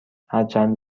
هرچند